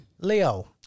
Leo